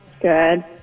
Good